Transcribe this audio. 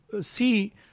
see